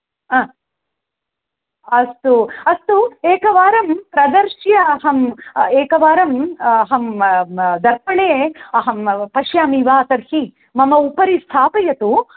ह अस्तु अस्तु एकवारं प्रदर्श्य अहम् एकवारम् अहं दर्पणे अहं पश्यामि वा तर्हि मम उपरि स्थापयतु